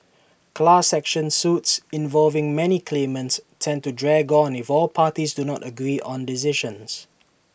class action suits involving many claimants tend to drag on if all parties do not agree on decisions